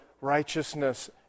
righteousness